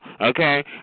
okay